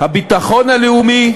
הביטחון הלאומי,